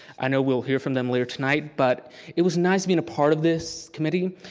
i know we'll hear from them later tonight, but it was nice being a part of this committee,